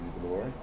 glory